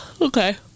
Okay